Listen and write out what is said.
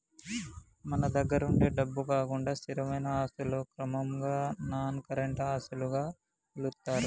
మన దగ్గరుండే డబ్బు కాకుండా స్థిరమైన ఆస్తులను క్రమంగా నాన్ కరెంట్ ఆస్తులుగా పిలుత్తారు